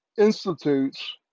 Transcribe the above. institutes